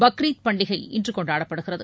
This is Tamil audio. பக்ரீத் பண்டிகை இன்று கொண்டாடப்படுகிறது